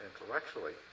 intellectually